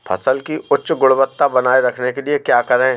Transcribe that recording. फसल की उच्च गुणवत्ता बनाए रखने के लिए क्या करें?